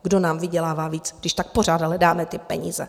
Kdo nám vydělává víc, když tak pořád hledáme ty peníze?